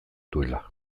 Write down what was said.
duela